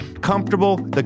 comfortable